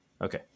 Okay